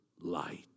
light